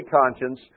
conscience